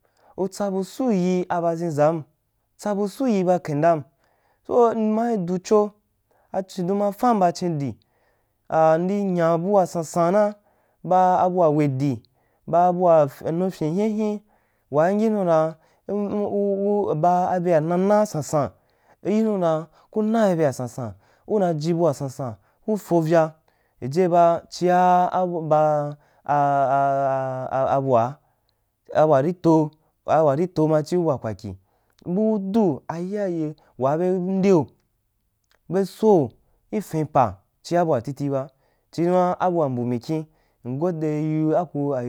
U tsa bu suu yi a baʒinʒan u tsa bu suu yi a baʒinʒan tsabu suu yi ba kin dan so, mmal du cho a chidun mai fam ba chindi a n nddi nya bua sansan na ba bua iredi bu bua nufyib hin him wanyubu danjya u a ba abea na na sah san, uyo nu dan ku nabe beasaasan, una ji bua sansan ku fovya yie ba chia ba a abu waa, a warito a warito ma chi bua kwafyu budu a ba iyaye waa be ndu be sou ifin pa chia buatitu ba chi numa abua mbu mikiya m gode yi u aku ayo.